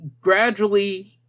gradually